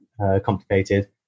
complicated